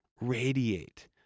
radiate